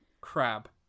Crab